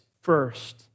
first